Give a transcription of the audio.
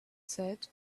said